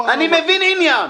אני מבין עניין.